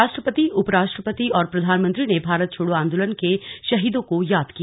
राष्ट्रपति उप राष्ट्रपति और प्रधानमंत्री ने भारत छोड़ो आंदोलन के शहीदों को याद किया